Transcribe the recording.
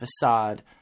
facade